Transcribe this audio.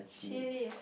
chili